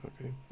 okay